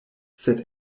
sed